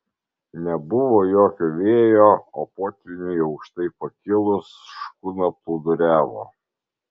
nebuvo jokio vėjo o potvyniui aukštai pakilus škuna plūduriavo